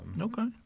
okay